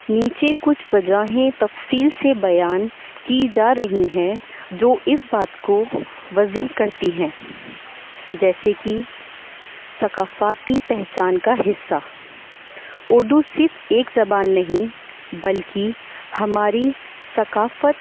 نیچے کچھ وجہیں تفصیل سے بیان کی جا رہی ہیں جو اس بات کو واضح کرتی ہیں جیسے کہ ثقافتی پہچان کا حصہ اردو صرف ایک زبان نہیں بلکہ ہماری ثقافت